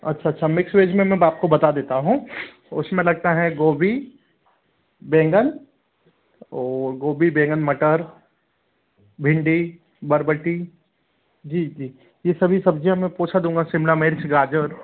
अच्छा अच्छा mix veg में मैं आपको बता देता हूँ उसमें लगता है गोभी बैंगन ओर गोभी बैंगन मटर भिंडी बरबटी जी जी ये सभी सब्ज़ियाँ मैं पहुँचा दूंगा शिमला मिर्च गाजर